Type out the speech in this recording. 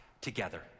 together